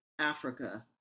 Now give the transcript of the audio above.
Africa